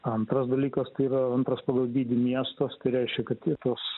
antras dalykas tai yra antras pagal dydį miestas ką reiškia kad ir tos